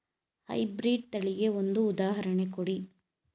High breed ತಳಿಗೆ ಒಂದು ಉದಾಹರಣೆ ಕೊಡಿ?